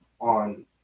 on